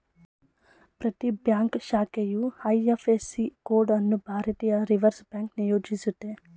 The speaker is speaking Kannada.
ಪ್ರತಿ ಬ್ಯಾಂಕ್ ಶಾಖೆಯು ಐ.ಎಫ್.ಎಸ್.ಸಿ ಕೋಡ್ ಅನ್ನು ಭಾರತೀಯ ರಿವರ್ಸ್ ಬ್ಯಾಂಕ್ ನಿಯೋಜಿಸುತ್ತೆ